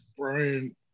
Brian